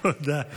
תודה.